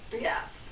Yes